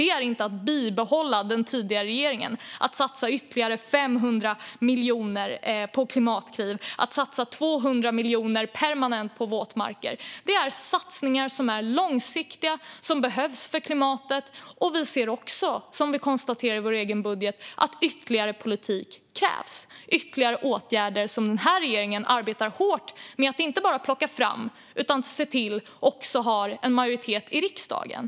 Detta är inte att bibehålla det som den tidigare regeringen gjorde. Vi satsar ytterligare 500 miljoner på Klimatklivet och 200 miljoner permanent på våtmarker. Detta är satsningar som är långsiktiga och som behövs för klimatet. Vi ser också, som vi konstaterar i vår egen budget, att ytterligare politik krävs. Det krävs ytterligare åtgärder, och denna regering arbetar hårt inte bara med att plocka fram åtgärder utan också med att se till att de har stöd av en majoritet i riksdagen.